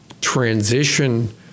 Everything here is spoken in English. transition